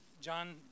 John